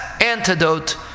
antidote